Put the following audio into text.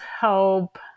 help